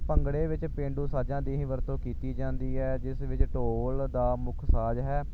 ਭੰਗੜੇ ਵਿੱਚ ਪੇਂਡੂ ਸਾਜਾਂ ਦੀ ਹੀ ਵਰਤੋਂ ਕੀਤੀ ਜਾਂਦੀ ਹੈ ਜਿਸ ਵਿੱਚ ਢੋਲ ਦਾ ਮੁੱਖ ਸਾਜ ਹੈ